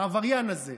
העבריין הזה,